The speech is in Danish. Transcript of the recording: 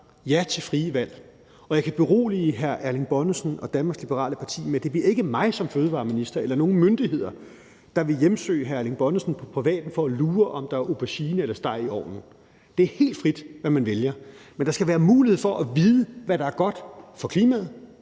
ja til frie valg, og jeg kan berolige hr. Erling Bonnesen og Danmarks Liberale Parti med, at det ikke bliver mig som fødevareminister eller nogen myndigheder, der vil hjemsøge hr. Erling Bonnesen i privaten for at lure, om der er aubergine eller steg i ovnen. Det er helt frit, hvad man vælger. Men der skal være mulighed for at vide, hvad der er godt for klimaet,